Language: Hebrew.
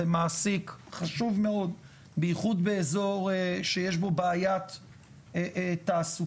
אתם מעסיק חשוב מאוד בייחוד באזור שיש בו בעיית תעסוקה.